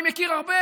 אני מכיר הרבה,